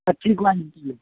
اچھی کوالٹی میں